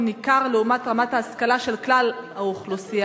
ניכר לעומת רמת ההשכלה של כלל האוכלוסייה,